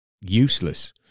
useless